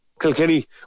Kilkenny